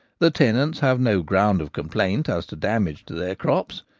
the tenants have no ground of complaint as to damage to their crops,